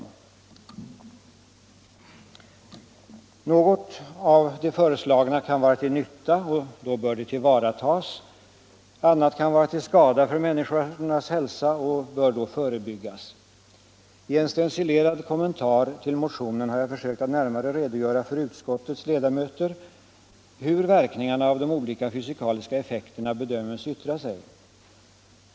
En del av det föreslagna kan måhända vara till nytta och bör då tillvaratagas — annat kan vara till skada för människors hälsa och bör då förebyggas. I en stencilerad kommentar till motionen har jag försökt att närmare redogöra för utskottets ledamöter hur verkningarna av de olika fysikaliska effekterna bedöms yttra sig.